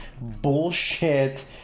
bullshit